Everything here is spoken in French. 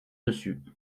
dessus